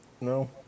no